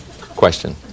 Question